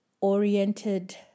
oriented